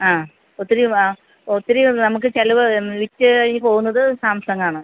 ആ ഒത്തിരി ആ ഒത്തിരി നമുക്ക് ചെലവ് വിറ്റ് ആയി പോവുന്നത് സാംസംഗ് ആണ്